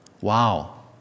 Wow